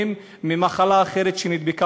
זה התחיל, כל העניין הזה?